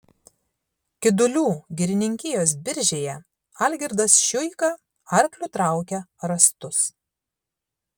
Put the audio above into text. kidulių girininkijos biržėje algirdas šiuika arkliu traukė rąstus